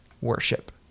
worship